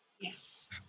Yes